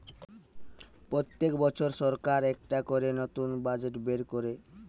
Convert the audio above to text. পোত্তেক বছর সরকার একটা করে নতুন বাজেট বের কোরে